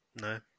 No